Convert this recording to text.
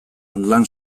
lan